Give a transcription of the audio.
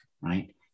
Right